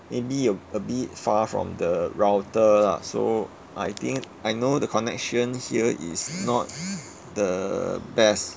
maybe a a bit far from the router lah so I think I know the connection here is not the best